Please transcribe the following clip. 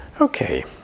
okay